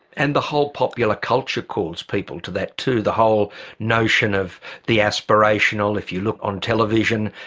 and the whole popular culture calls people to that too the whole notion of the aspirational. if you look on television,